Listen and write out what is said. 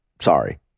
sorry